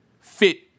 fit